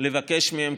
לבקש מהם,